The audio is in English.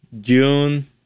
June